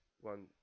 one